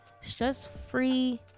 stress-free